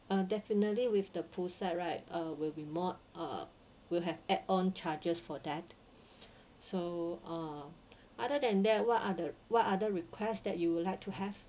uh definitely with the poolside right uh will be more uh we'll have add on charges for that so uh other than that what are the what other request that you would like to have